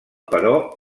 però